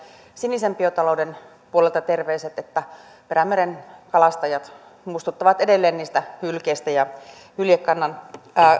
sinisen biotalouden puolelta terveiset että perämeren kalastajat muistuttavat edelleen niistä hylkeistä ja hyljekannan